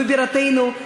בבירתנו,